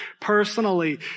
personally